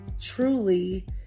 truly